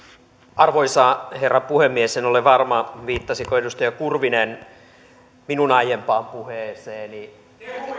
arvoisa herra puhemies en ole varma viittasiko edustaja kurvinen minun aiempaan puheeseeni